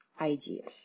ideas